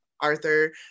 Arthur